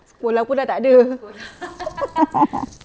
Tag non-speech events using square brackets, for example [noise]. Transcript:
sekolah pun sudah tak ada [laughs]